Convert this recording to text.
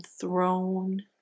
thrown